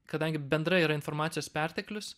kadangi bendrai yra informacijos perteklius